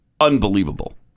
unbelievable